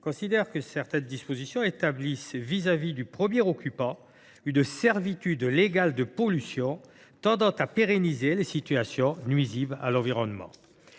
considèrent que ces dispositions établissent vis à vis du premier occupant une « servitude légale de pollution », tendant à « pérenniser les situations nuisibles à l’environnement